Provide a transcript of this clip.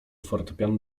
fortepianu